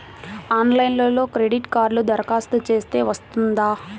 ఆన్లైన్లో క్రెడిట్ కార్డ్కి దరఖాస్తు చేస్తే వస్తుందా?